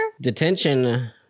Detention